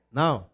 now